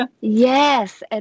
Yes